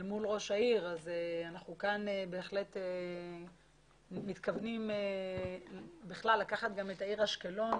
אנחנו כאן בהחלט מתכוונים לקחת את העיר אשקלון